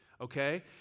okay